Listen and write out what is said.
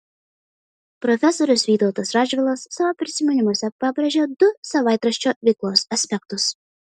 profesorius vytautas radžvilas savo prisiminimuose pabrėžia du savaitraščio veiklos aspektus